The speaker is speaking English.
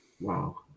Wow